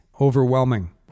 Overwhelming